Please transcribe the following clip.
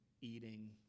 eating